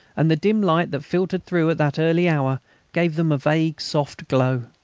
and the dim light that filtered through at that early hour gave them a vague soft glow.